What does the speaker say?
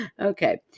Okay